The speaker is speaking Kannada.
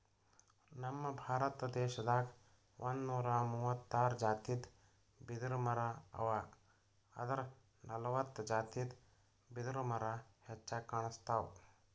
ನಮ್ ಭಾರತ ದೇಶದಾಗ್ ಒಂದ್ನೂರಾ ಮೂವತ್ತಾರ್ ಜಾತಿದ್ ಬಿದಿರಮರಾ ಅವಾ ಆದ್ರ್ ನಲ್ವತ್ತ್ ಜಾತಿದ್ ಬಿದಿರ್ಮರಾ ಹೆಚ್ಚಾಗ್ ಕಾಣ್ಸ್ತವ್